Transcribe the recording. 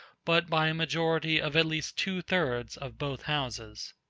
but by a majority of at least two-thirds of both houses.